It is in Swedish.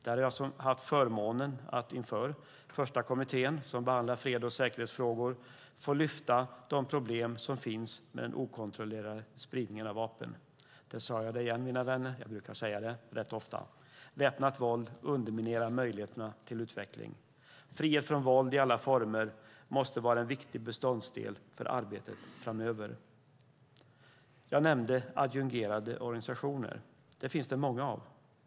Där har jag haft förmånen att inför Första kommittén, som behandlar freds och säkerhetsfrågor, få lyfta fram problemen med den okontrollerade spridningen av vapen. Där sade jag det igen; jag säger rätt ofta, mina vänner. Väpnat våld underminerar möjligheterna till utveckling. Frihet från våld i alla former måste vara en viktig beståndsdel för arbetet framöver. Jag nämnde adjungerade organisationer, och dem finns det många av.